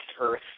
Earth